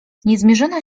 niezmierzona